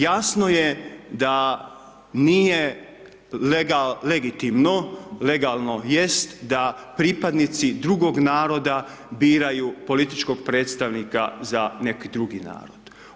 Jasno je da nije legitimno, legalno jest, da pripadnici drugog naroda biraju političkog predstavnika za neki drugi narod.